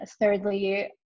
thirdly